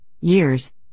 years